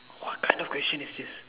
what kind of question is this